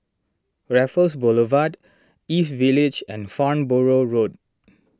Raffles Boulevard East Village and Farnborough Road